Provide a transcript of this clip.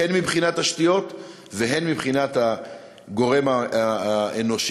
הן מבחינת תשתיות והן מבחינת הגורם האנושי.